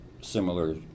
similar